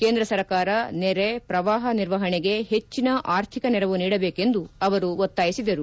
ಕೇಂದ್ರ ಸರ್ಕಾರ ನೆರೆ ಶ್ರವಾಹ ಪರಿಸ್ಥಿತಿ ನಿರ್ವಹಣೆಗೆ ಹೆಚ್ಚಿನ ಆರ್ಥಿಕ ನೆರವು ನೀಡಬೇಕೆಂದು ಅವರು ಒತ್ತಾಯಿಸಿದರು